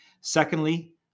Secondly